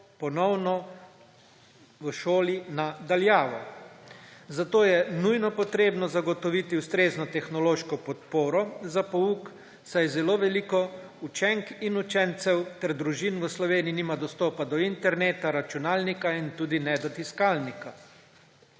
ponovno v šoli na daljavo. Zato je nujno potrebno zagotoviti ustrezno tehnološko podporo za pouk, saj zelo veliko učenk in učencev ter družin v Sloveniji nima dostopa do interneta, računalnika in tudi ne do tiskalnika.